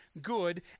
good